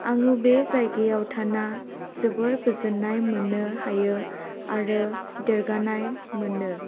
आङो बे जायगायाव थाना जोबोर गोजोननाय मोननो हायो आरो देरगानाय मोनो